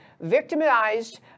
victimized